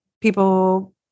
people